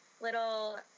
little